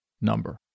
number